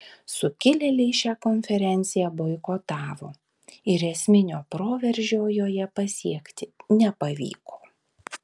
sukilėliai šią konferenciją boikotavo ir esminio proveržio joje pasiekti nepavyko